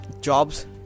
jobs